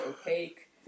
opaque